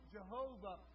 Jehovah